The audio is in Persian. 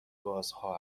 گازها